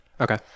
Okay